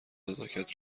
نزاکت